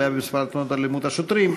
עלייה במספר התלונות על אלימות שוטרים,